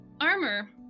armor